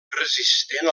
resistent